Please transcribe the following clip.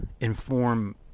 inform